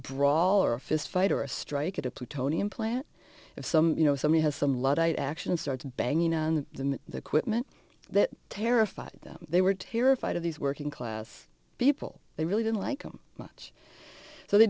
brawl or a fistfight or a strike at a plutonium plant if some you know somebody has some luddite action and starts banging on the quitman that terrified them they were terrified of these working class people they really didn't like them much so they